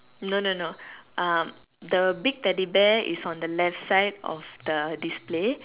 no no no the big teddy bear is on the left side of the display